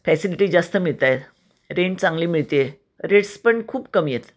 facility जास्त मिळत आहेत रेंज चांगली मिळते आहे रेट्स पण खूप कमी आहेत